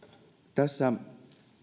tässä